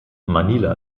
manila